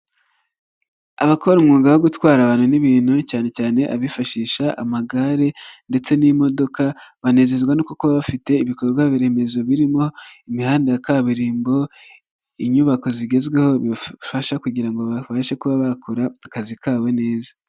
Abakora umwuga wo gutwara abantu n'ibintu cyane cyane abifashisha amagare ndetse n'imodoka banezezwa no kuba bafite ibikorwaremezo birimo imihanda ya kaburimbo, inyubako zigezweho bibafasha kugira ngo babashe kuba bakora akazi kabo neza.